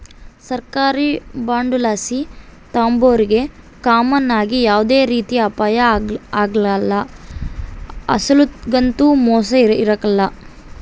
ಸರ್ಕಾರಿ ಬಾಂಡುಲಾಸು ತಾಂಬೋರಿಗೆ ಕಾಮನ್ ಆಗಿ ಯಾವ್ದೇ ರೀತಿ ಅಪಾಯ ಆಗ್ಕಲ್ಲ, ಅಸಲೊಗಂತೂ ಮೋಸ ಇರಕಲ್ಲ